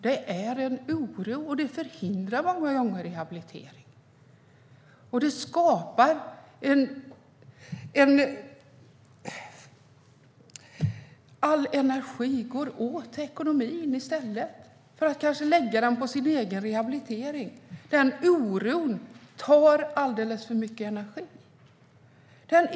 Det skapar oro och förhindrar många gånger rehabiliteringen. All energi går åt till att få ekonomin att gå ihop i stället för att man lägger den på sin rehabilitering. Oron tar alldeles för mycket energi.